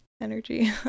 energy